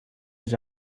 his